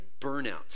burnout